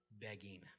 begging